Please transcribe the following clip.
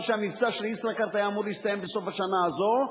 שהמבצע של "ישראכרט" יסתיים בסוף השנה זו,